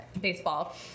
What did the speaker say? baseball